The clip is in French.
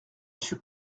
suis